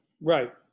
right